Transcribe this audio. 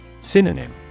Synonym